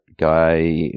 guy